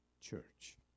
church